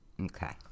Okay